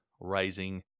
rising